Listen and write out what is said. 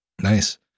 Nice